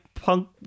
punk